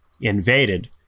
invaded